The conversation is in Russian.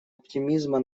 оптимизма